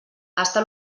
està